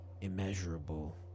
immeasurable